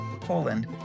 Poland